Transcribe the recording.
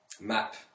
map